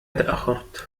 تأخرت